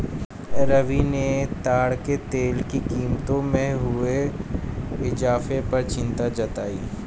रवि ने ताड़ के तेल की कीमतों में हुए इजाफे पर चिंता जताई